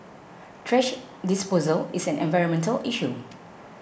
thrash disposal is an environmental issue